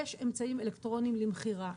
יש אמצעים אלקטרוניים למכירה,